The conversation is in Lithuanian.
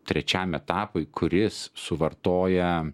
trečiam etapui kuris suvartoja